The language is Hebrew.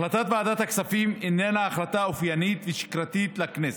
החלטת ועדת הכספים איננה החלטה אופיינית ושגרתית לכנסת.